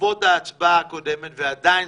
בעקבות ההצבעה הקודמת, וזה עדיין